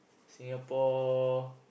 Singapore